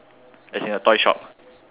as in the toy shop ah